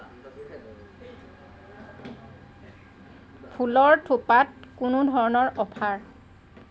ফুলৰ থোপাত কোনো ধৰণৰ অফাৰ